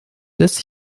des